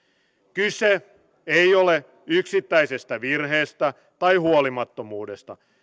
kyse ei ole yksittäisestä virheestä tai huolimattomuudesta